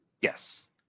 Yes